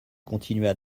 continua